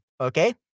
okay